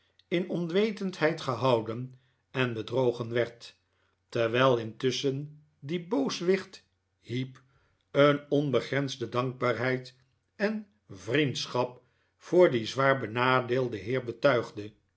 in onwetendheid pehouden en bedrogen werd terwijl intusschen die booswicht heep een onbegrensde dankbaarheid en vriendschap voor dien zwaar benadeelden heer betuigde